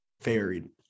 varied